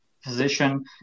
physician